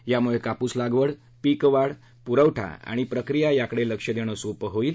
यामुळे कापूस लागवड पीक वाढ पुरवठा आणि प्रक्रिया याकडे लक्ष देणं सोपं होईल